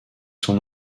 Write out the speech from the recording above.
son